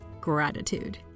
gratitude